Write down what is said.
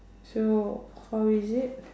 so how is it